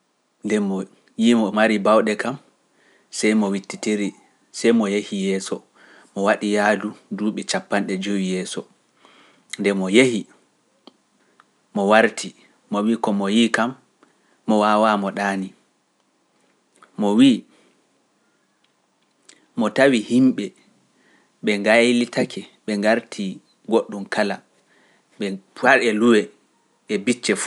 Nden mo yiima o mari bawɗe kam sey mo wittitiri sey mo yehi yeeso mo waɗi yaadu duuɓi capanɗe joyi yeeso nde mo yehi mo warti mo wi ko mo yii kam mo waawa mo ɗaani mo wi mo tawi himɓe ɓe gaylitake ɓe garti goɗɗum kala ɓe far e luwe e bice fawo ɓe ngarti goɗɗum kala